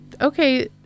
Okay